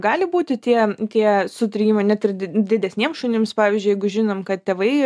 gali būti tie tie sutrikimai net ir didesniem šunims pavyzdžiui jeigu žinom kad tėvai